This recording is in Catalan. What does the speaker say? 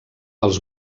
als